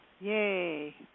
Yay